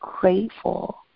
grateful